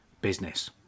business